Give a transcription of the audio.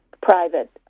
private